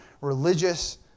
religious